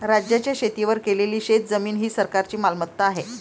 राज्याच्या शेतीवर केलेली शेतजमीन ही सरकारची मालमत्ता आहे